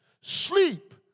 Sleep